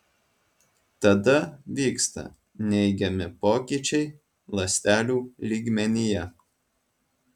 tada vyksta neigiami pokyčiai ląstelių lygmenyje